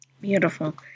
Beautiful